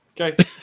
Okay